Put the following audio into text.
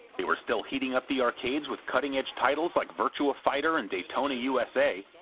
they were still heating up the arcades with cutting edge titles like virtua fighter and daytona usa,